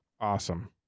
awesome